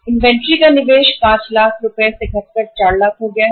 inventory में बनाया गया निवेश5 लाख से घटकर 4 लाख हो गया है